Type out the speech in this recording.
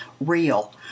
real